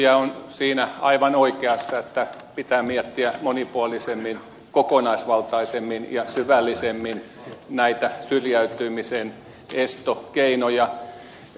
kysyjä on siinä aivan oikeassa että pitää miettiä monipuolisemmin kokonaisvaltaisemmin ja syvällisemmin näitä syrjäytymisen estokeinoja